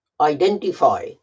identify